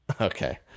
Okay